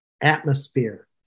atmosphere